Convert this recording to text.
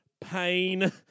pain